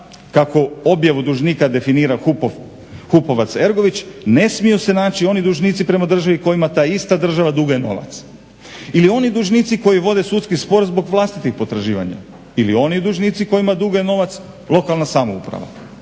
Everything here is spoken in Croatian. kako objavu dužnika definira HUP-ovac Ergović ne smiju se naći oni dužnici prema državni kojima ta ista država duguje novac ili oni dužnici koji vode sudski spor zbog vlastitih potraživanja ili oni dužnici kojima duguje novac lokalna samouprava,